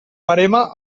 verema